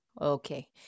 okay